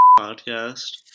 podcast